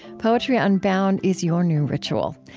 poetry unbound is your new ritual.